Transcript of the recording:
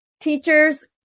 teachers